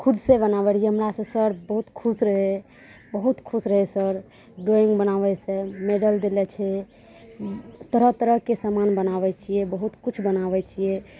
खुद से बनाबै रहियै हमरा से सर बहुत खुश रहै बहुत खुश रहै सर ड्राइङ्ग बनाबैसँ मेडल देले छै तरह तरहके समान बनाबैत छियै बहुत किछु बनाबैत छियै